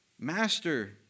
master